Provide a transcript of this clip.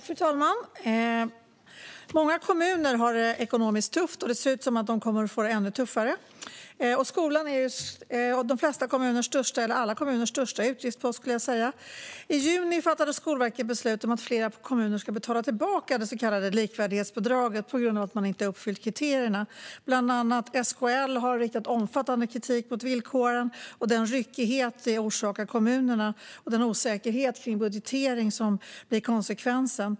Fru talman! Många kommuner har det ekonomiskt tufft, och det ser ut som om de kommer att få det ännu tuffare. Skolan är alla kommuners största utgiftspost. I juni fattade Skolverket beslut om att flera kommuner ska betala tillbaka det så kallade likvärdighetsbidraget på grund av att man inte har uppfyllt kriterierna. Bland annat SKL har riktat omfattande kritik mot villkoren, den ryckighet de orsakar kommunerna och den osäkerhet kring budgetering som blir konsekvensen.